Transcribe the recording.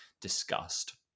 discussed